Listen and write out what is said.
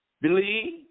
believe